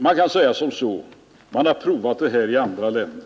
Man kan säga att systemet har provats i andra länder.